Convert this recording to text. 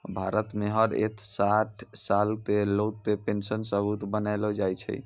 भारत मे हर एक साठ साल के लोग के पेन्शन सबूत बनैलो जाय छै